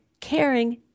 caring